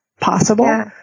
possible